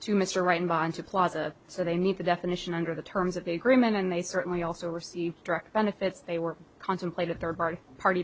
to mr right in bond to plaza so they need the definition under the terms of the agreement and they certainly also receive direct benefits they were contemplated third party